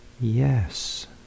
yes